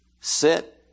Sit